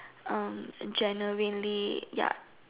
um genuinely ya